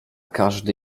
każdy